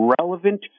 relevant